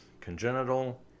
Congenital